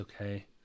Okay